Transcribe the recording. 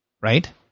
Right